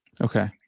Okay